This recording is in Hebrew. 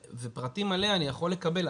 ופרטים עליה אני יכול לקבל.